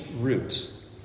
roots